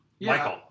Michael